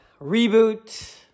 reboot